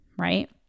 right